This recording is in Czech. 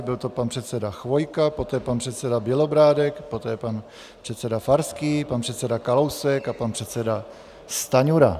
Byl to pan předseda Chvojka, poté pan předseda Bělobrádek, poté pan předseda Farský, pan předseda Kalousek a pan předseda Stanjura.